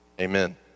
amen